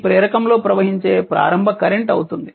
ఇది ప్రేరకంలో ప్రవహించే ప్రారంభ కరెంట్ అవుతుంది